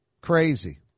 Crazy